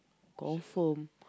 confirm